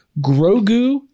Grogu